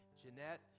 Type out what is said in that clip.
Jeanette